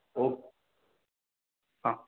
okay हां